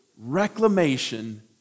reclamation